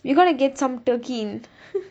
you gonna get some turkey in